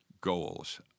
goals